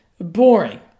boring